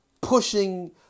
pushing